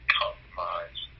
compromise